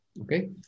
okay